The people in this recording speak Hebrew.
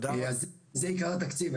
זה עיקר התקציב.